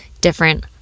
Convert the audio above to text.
different